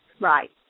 Right